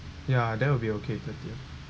ya that will be okay thirtieth